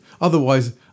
Otherwise